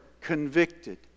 convicted